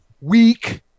weak